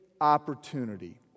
opportunity